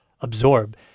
absorb